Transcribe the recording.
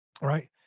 Right